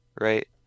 right